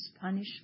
punishment